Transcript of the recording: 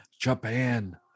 Japan